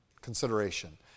consideration